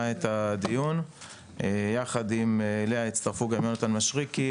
את הדיון ואליה הצטרפו יונתן מישרקי,